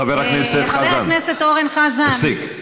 חבר הכנסת חזן, תפסיק.